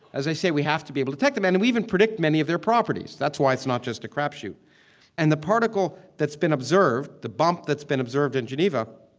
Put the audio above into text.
as i say, we have to be able to detect them and we even predict many of their properties. that's why it's not just a crapshoot and the particle that's been observed, the bump that's been observed in geneva,